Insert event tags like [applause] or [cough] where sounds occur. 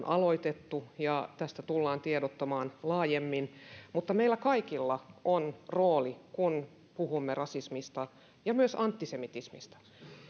[unintelligible] aloitettu ja tästä tullaan tiedottamaan laajemmin mutta meillä kaikilla on rooli kun puhumme rasismista ja myös antisemitismistä